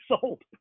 sold